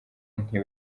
nti